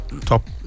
top